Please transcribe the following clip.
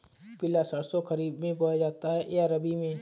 पिला सरसो खरीफ में बोया जाता है या रबी में?